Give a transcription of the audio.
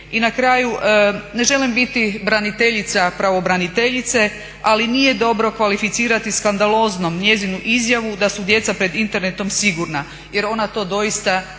I na kraju, ne želim biti braniteljica pravobraniteljice ali nije dobro kvalificirati skandaloznom njezinu izjavu da su djeca pred internetom sigurna jer ona to doista